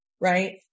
right